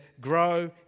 grow